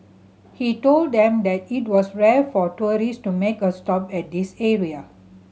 he told them that it was rare for tourist to make a stop at this area